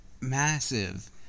massive